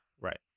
Right